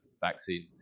vaccine